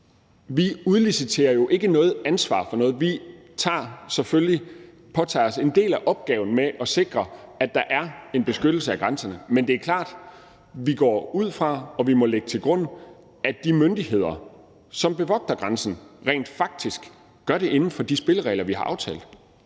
Vi udliciterer jo ikke noget ansvar for noget; vi påtager os selvfølgelig en del af opgaven med at sikre, at der er en beskyttelse af grænserne. Men det er klart, at vi går ud fra og må lægge til grund, at de myndigheder, som bevogter grænsen, rent faktisk gør det inden for de spilleregler, vi har aftalt.